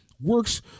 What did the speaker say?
works